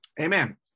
amen